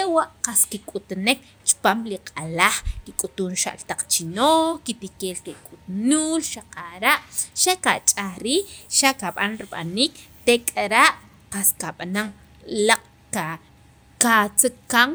ewa' qas kik'utunek chipaam li q'alaj, kik'utun xa'l taq chinoj kitikeel kek'utnuul xaqara' xa' kach'aj riij xa' kab'an rib'aniik tek'ara' qas kab'anan laaq' ka katziqan